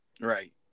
Right